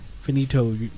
finito